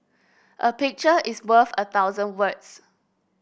a picture is worth a thousand words